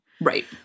Right